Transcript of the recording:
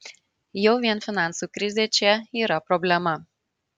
jau vien finansų krizė čia yra problema